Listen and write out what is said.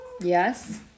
Yes